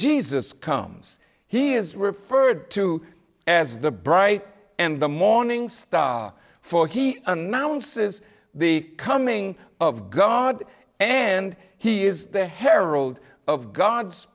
jesus comes he is referred to as the bright and the morning star for he announces the coming of god and he is the herald of god's